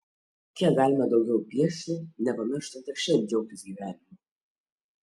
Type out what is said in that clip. kiek galima daugiau piešti nepamirštant ir šiaip džiaugtis gyvenimu